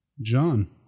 John